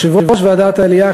יושב-ראש ועדת העלייה,